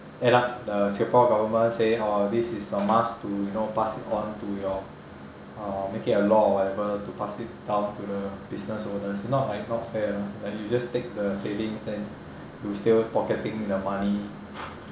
end up the singapore government say oh this is a must to you know pass it on to your uh make it a law or whatever to pass it down to the business owners if not like not fair like you just take the savings then you still pocketing the money